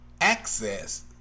access